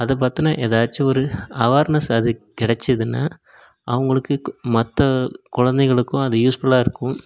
அதை பற்றின ஏதாச்சும் ஒரு அவேர்னஸாவது கிடச்சிதுனா அவங்களுக்கு கு மற்ற குழந்தைங்களுக்கும் அது யூஸ்ஃபுல்லாக இருக்கும்